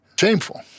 Shameful